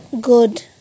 good